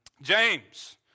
James